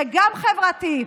זה גם חברתי,